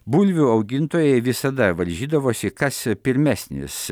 bulvių augintojai visada varžydavosi kas pirmesnis